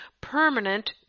permanent